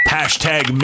Hashtag